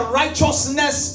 righteousness